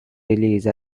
release